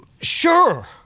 Sure